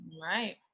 right